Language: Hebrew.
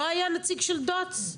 לא היה נציג של דובר צה"ל?